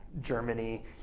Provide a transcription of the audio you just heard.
Germany